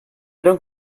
don’t